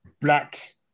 black